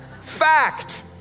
Fact